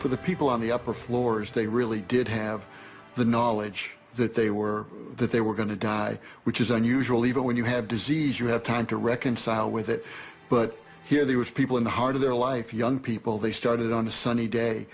for the people on the upper floors they really did have the knowledge that they were that they were going to die which is unusual even when you have disease you have time to reconcile with it but here there was people in the heart of their life young people they started on a sunny day